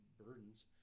burdens